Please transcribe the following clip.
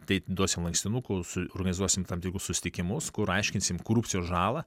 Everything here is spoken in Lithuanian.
tai duosim lankstinukų su organizuosim tam tikrus susitikimus kur aiškinsim korupcijos žalą